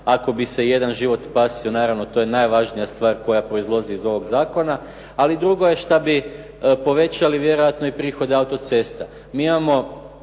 ako bi se jedan život spasio, naravno to je najvažnija stvar koja proizlazi iz ovog zakona, ali drugo je što bi povećali vjerojatno i prihode autocesta. Mi imamo